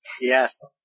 Yes